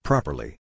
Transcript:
Properly